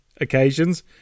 occasions